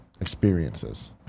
experiences